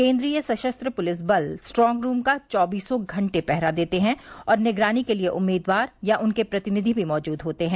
केंद्रीय सशस्त्र पुलिस बल स्ट्रांग रूम का चौबीसों घंटे पहरा देते हैं और निगरानी के लिए उम्मीदवार या उनके प्रतिनिधि भी मौजूद होते हैं